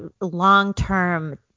long-term